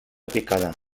picada